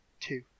two